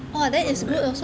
not bad